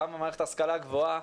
גם במערכת ההשכלה הגבוהה,